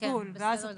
כן, בסדר גמור.